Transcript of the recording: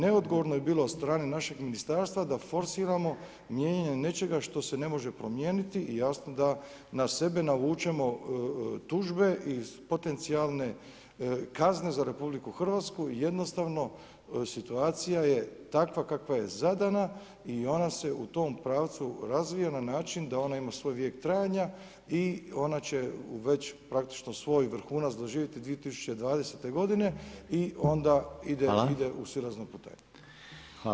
Neodgovorno bi bilo od strane našeg ministarstva da forsiramo mijenjanje nečega što se ne može promijeniti i jasno da na sebe navučemo tužbe i potencijalne kazne za RH i jednostavno situacija je takva kakva je zadana i ona se u tom pravcu razvija na način da ona ima svoj vijek trajanja i ona će već praktično svoj vrhunac doživjeti 2020. i onda ide u silaznu putanju.